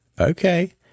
okay